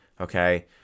okay